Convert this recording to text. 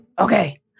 Okay